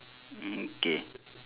mm K